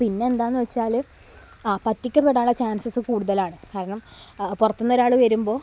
പിന്നെ എന്താണെന്ന് വച്ചാല് പറ്റിക്കപ്പെടാനുള്ള ചാൻസ്സ് കൂടുതലാണ് കാരണം പുറത്ത് നിന്ന് ഒരാൾ വരുമ്പോൾ